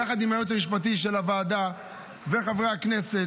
ביחד עם הייעוץ המשפטי של הוועדה וחברי הכנסת,